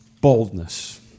boldness